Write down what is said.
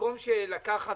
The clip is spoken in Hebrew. כמו שמיקי